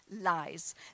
lies